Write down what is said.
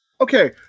Okay